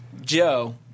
Joe